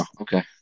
Okay